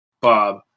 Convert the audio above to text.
Bob